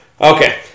Okay